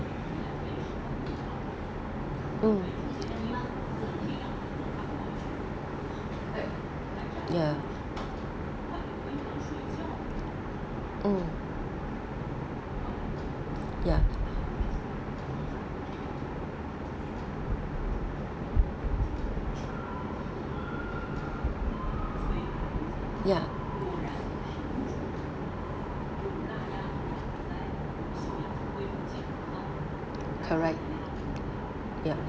mm ya mm ya ya correct ya